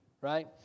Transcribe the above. right